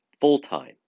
Full-time